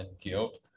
guilt